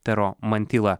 tero mantila